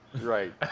Right